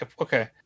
Okay